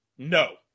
no